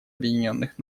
объединенных